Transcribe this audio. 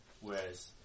Whereas